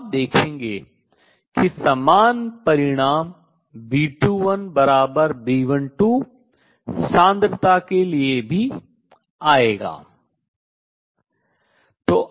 अब आप देखेंगे कि समान परिणाम B21 बराबर B12 सांद्रता के लिए भी आएगा